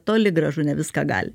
toli gražu ne viską gali